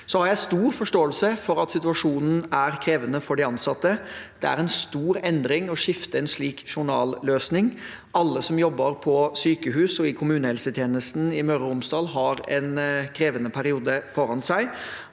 Jeg har stor forståelse for at situasjonen er krevende for de ansatte. Det er en stor endring å skifte en slik journalløsning. Alle som jobber på sykehus og i kommunehelsetjenesten i Møre og Romsdal, har en krevende periode foran seg.